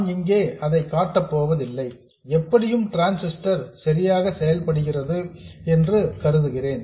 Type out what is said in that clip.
நான் இங்கே அதை காட்டப் போவதில்லை எப்படியும் டிரான்சிஸ்டர் சரியாக செயல்படுகிறது என்று கருதுகிறேன்